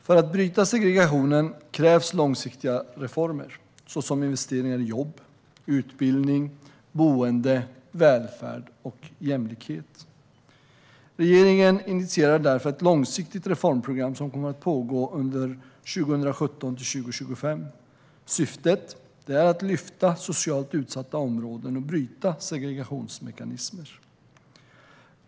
För att bryta segregationen krävs långsiktiga reformer, såsom investeringar i jobb, utbildning, boende, välfärd och jämlikhet. Regeringen initierar därför ett långsiktigt reformprogram som kommer att pågå under 2017-2025. Syftet är att lyfta socialt utsatta områden och bryta segregationsmekanismer.